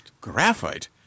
Graphite